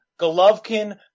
Golovkin